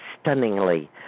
stunningly